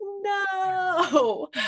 no